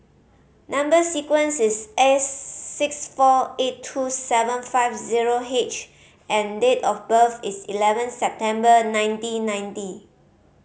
number sequence is S six four eight two seven five zero H and date of birth is eleven September nineteen ninety